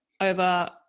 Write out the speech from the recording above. over